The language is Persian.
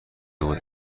بود